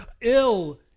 ill